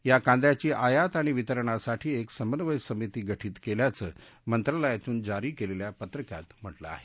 या कांद्याची आयात आणि वितरणासाठी एक समन्वय समिती गठीत केल्याचं मंत्रालयातून जारी केलेल्या पत्रकात म्हटलं आहे